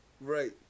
Right